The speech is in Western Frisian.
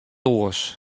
oars